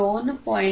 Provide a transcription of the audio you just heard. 15